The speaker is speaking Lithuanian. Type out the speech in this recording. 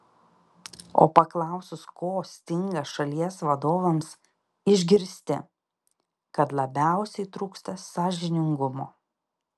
o paklausus ko stinga šalies vadovams išgirsti kad labiausiai trūksta sąžiningumo